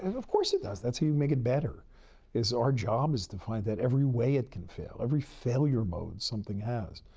and course it does. that's how you make it better is our job is to find that, every way it can fail, every failure mode something has.